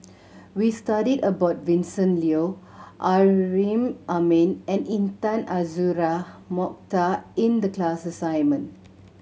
we studied about Vincent Leow Amrin Amin and Intan Azura Mokhtar in the class assignment